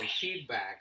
feedback